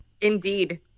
Indeed